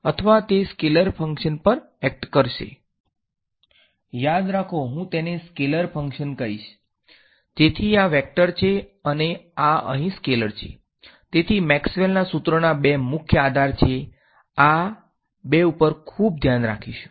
અથવા તે scalar function પર એક્ટ કરશે યાદ રાખોહું તેને સ્કેલર ફકંશન કહીશ તેથી આ વેક્ટર છે અને આ અહીં સ્કેલર છે તેથી મેક્સવેલના સૂત્રોના બે મુખ્ય આધાર છે આ આ બે ઉપર ખૂબ ધ્યાન આપીશું